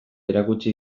erakutsi